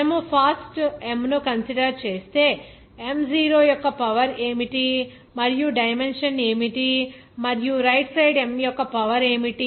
మనము fast M ను consider చేస్తే M 0 యొక్క పవర్ ఏమిటి మరియు డైమెన్షన్ ఏమిటి మరియు రైట్ సైడ్ M యొక్క పవర్ ఏమిటి